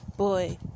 Boy